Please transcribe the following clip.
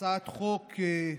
הצעת חוק,